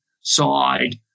side